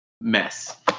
mess